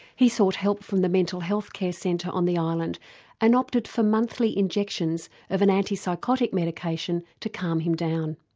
he sought help from the mental health care centre on the island and opted for monthly injections of an anti psychotic medication to calm him down.